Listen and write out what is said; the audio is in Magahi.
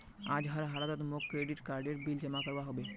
आज हर हालौत मौक क्रेडिट कार्डेर बिल जमा करवा होबे